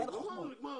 נכון.